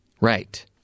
right